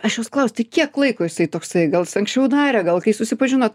aš jos klausti kiek laiko jisai toksai gal jis anksčiau darė gal kai susipažinot